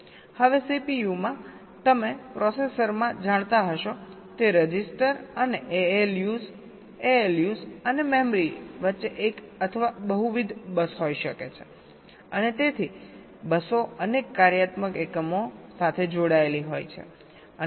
હવે CPU માં તમે પ્રોસેસરમાં જાણતા હશો તે રજિસ્ટર અને ALUs ALUs અને મેમરી વચ્ચે 1 અથવા બહુવિધ બસ હોઈ શકે છે અને તેથી બસો અનેક કાર્યાત્મક એકમો સાથે જોડાયેલી હોય છે અને તેઓ વાતચીત કરી શકે છે